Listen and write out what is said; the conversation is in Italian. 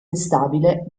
instabile